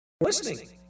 listening